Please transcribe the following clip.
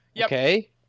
Okay